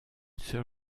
sœur